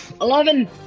Eleven